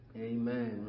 Amen